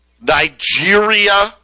Nigeria